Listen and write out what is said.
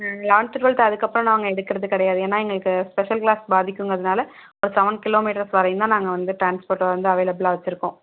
ம் eleventh twelfth அதுக்கப்புறோம் நாங்கள் எடுக்குறது கிடையாது ஏன்னா எங்களுக்கு ஸ்பெஷல் க்ளாஸ் பார்திக்குங்கிறதுனால ஒரு செவன் கிலோமீட்டர்ஸ் வரையும் தான் நாங்கள் வந்து ட்ரான்ஸ்போர்ட் வந்து அவைலபில்லா வச்சிருக்கோம்